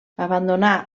abandonà